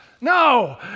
No